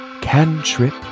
cantrip